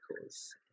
cause